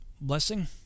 blessing